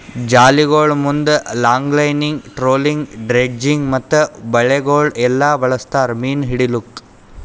ಜಾಲಿಗೊಳ್ ಮುಂದ್ longlining, trolling, dredging ಮತ್ತ ಬಲೆಗೊಳ್ ಎಲ್ಲಾ ಬಳಸ್ತಾರ್ ಮೀನು ಹಿಡಿಲುಕ್